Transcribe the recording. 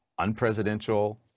unpresidential